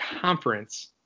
conference